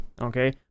Okay